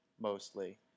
mostly